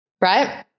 Right